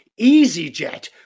EasyJet